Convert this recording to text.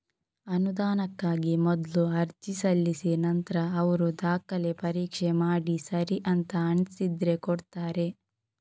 ಅನುದಾನಕ್ಕಾಗಿ ಮೊದ್ಲು ಅರ್ಜಿ ಸಲ್ಲಿಸಿ ನಂತ್ರ ಅವ್ರು ದಾಖಲೆ ಪರೀಕ್ಷೆ ಮಾಡಿ ಸರಿ ಅಂತ ಅನ್ಸಿದ್ರೆ ಕೊಡ್ತಾರೆ